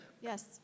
Yes